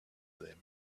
them